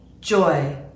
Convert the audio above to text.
joy